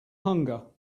hunger